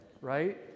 right